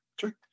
Sure